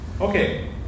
Okay